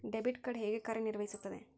Debit card ಹೇಗೆ ಕಾರ್ಯನಿರ್ವಹಿಸುತ್ತದೆ?